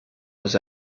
was